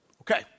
Okay